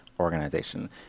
organization